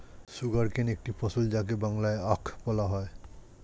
sugarcane একটি ফসল যাকে বাংলায় আখ বলা হয়